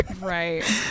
right